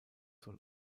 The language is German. soll